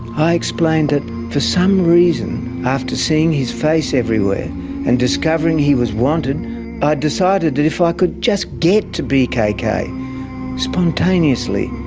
i explained that for some reason after seeing his face everywhere and discovering he was wanted, i decided that if i could just get to bkk spontaneously,